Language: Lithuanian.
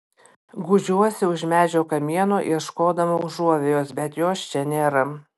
gūžiuosi už medžio kamieno ieškodama užuovėjos bet jos čia nėra